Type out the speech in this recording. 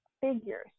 figures